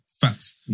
Facts